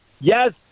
Yes